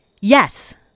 Yes